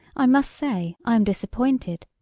i must say i am disappointed,